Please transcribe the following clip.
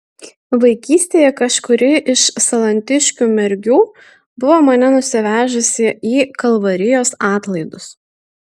vaikystėje kažkuri iš salantiškių mergių buvo mane nusivežusi į kalvarijos atlaidus